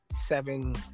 seven